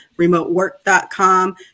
remotework.com